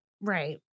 Right